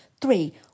Three